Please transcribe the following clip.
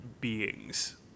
beings